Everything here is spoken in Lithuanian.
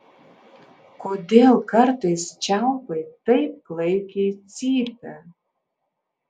kodėl kartais čiaupai taip klaikiai cypia